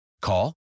Call